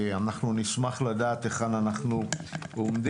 נשמח לדעת היכן אנחנו עומדים.